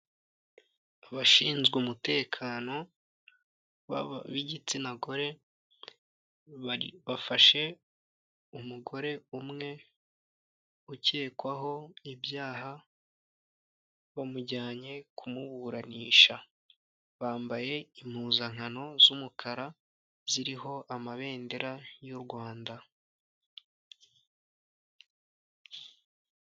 Abashinzwe umutekano b'igitsinagore, bafashe umugore umwe ucyekwaho ibyaha, bamujyanye kumuburanisha. Bambaye impuzankano z'umukara ziriho amabendera y'u Rwanda.